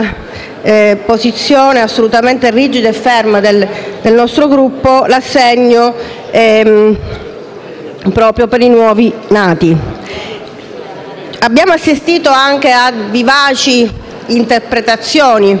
sia politico che strategico, sulla famiglia è stato rispettato dalle sue dichiarazioni. Proprio per queste interpretazioni vivaci, il Governo, se lo riterrà, interverrà alla Camera.